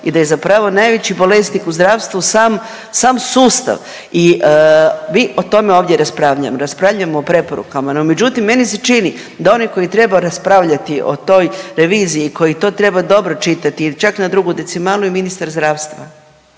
i da je zapravo najveći bolesnik u zdravstvu sam, sam sustav i mi o tome ovdje raspravljam, raspravljamo o preporukama no međutim meni se čini da oni koji trebao raspravljati o toj reviziji i koji to treba dobro čitati i čak na drugu decimalu je ministar zdravstva.